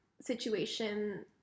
situation